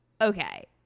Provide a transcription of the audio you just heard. Okay